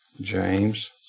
James